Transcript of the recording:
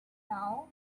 now